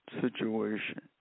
situation